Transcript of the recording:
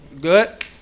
Good